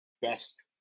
best